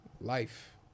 life